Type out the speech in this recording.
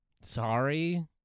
Sorry